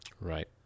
Right